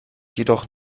jedoch